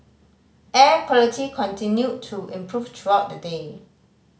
air quality continued to improve throughout the day